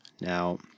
Now